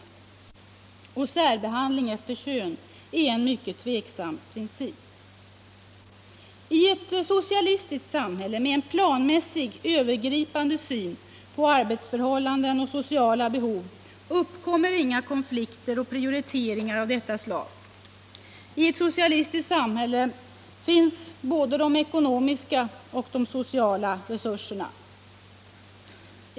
Särbehandling efter kön är en mycket tvivelaktig princip. I ett socialistiskt samhälle med en planmässig övergripande syn på arbetsförhållanden och sociala behov uppkommer inga konflikter och debatt debatt prioriteringar av detta slag. I ett socialistiskt samhälle finns både de ekonomiska och sociala resurserna.